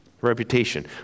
Reputation